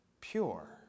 pure